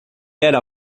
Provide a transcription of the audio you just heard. era